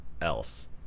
else